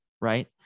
Right